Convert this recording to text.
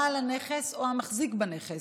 בעל הנכס או המחזיק בנכס,